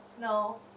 No